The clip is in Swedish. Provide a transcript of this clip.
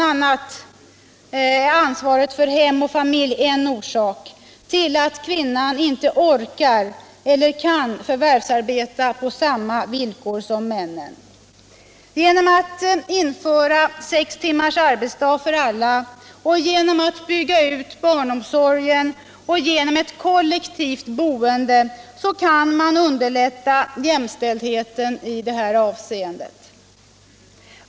a. är ansvaret för hem och familj en orsak till att kvinnan inte orkar eller kan förvärvsarbeta på samma villkor som mannen. Genom att införa sex timmars arbetsdag för alla, genom att bygga ut barnomsorgen och genom ett kollektivt boende kan man underlätta jämställdheten i det här avseendet.